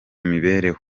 mibereho